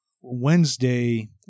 Wednesday